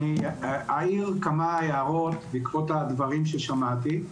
אני אעיר כמה הערות בעקבות הדברים ששמעתי.